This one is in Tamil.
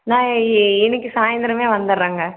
நான் இன்றைக்கு சாய்ந்தரமே வந்துடுறேங்க